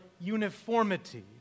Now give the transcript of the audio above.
uniformity